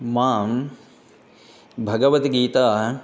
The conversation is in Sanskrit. मां भगवद्गीता